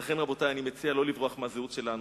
רבותי, אני מציע שלא לברוח מהזהות שלנו.